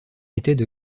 étaient